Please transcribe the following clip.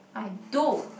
I do